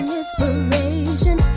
inspiration